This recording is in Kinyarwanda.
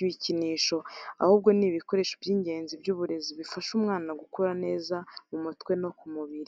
ibikinisho, ahubwo ni ibikoresho by'ingenzi by'uburezi bifasha umwana gukura neza mu mutwe no ku mubiri.